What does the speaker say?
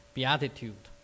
Beatitude